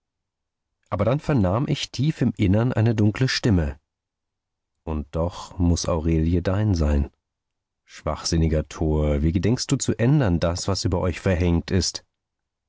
aber dann vernahm ich tief im innern eine dunkle stimme und doch muß aurelie dein sein schwachsinniger tor wie gedenkst du zu ändern das was über euch verhängt ist